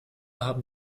haben